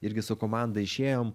irgi su komanda išėjom